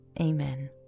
amen